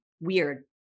weird